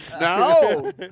No